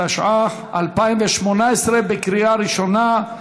התשע"ח 2018, לקריאה ראשונה.